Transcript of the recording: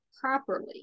properly